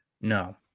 no